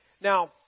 Now